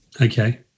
Okay